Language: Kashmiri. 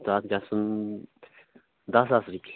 تَتھ گژھان دَہ ساس رۄپیہِ